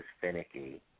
finicky